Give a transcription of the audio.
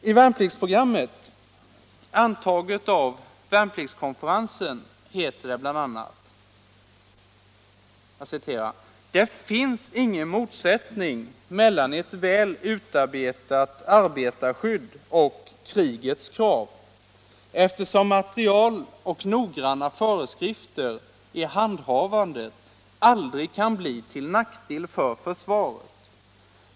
I värnpliktsprogrammet, antaget av Värnpliktskonferensen, heter det bl.a.: ”Det finns ingen motsättning mellan ett väl utarbetat arbetarskydd och "krigets krav” eftersom material och noggranna föreskrifter i handhavandet aldrig kan bli till nackdel för försvaret.